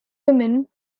women